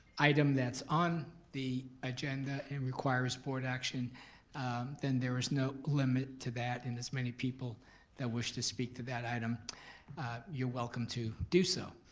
item that's on the agenda and it requires board action then there is no limit to that and as many people that wish to speak to that item you're welcome to do so.